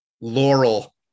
Laurel